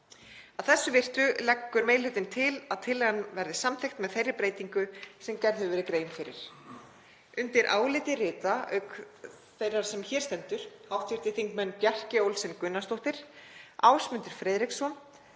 þessu virtu leggur meiri hlutinn til að tillagan verði samþykkt með þeirri breytingu sem gerð hefur verið grein fyrir. Undir álitið rita, auk þeirrar sem hér stendur, hv. þingmenn Bjarkey Olsen Gunnarsdóttir, Ásmundur Friðriksson,